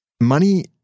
Money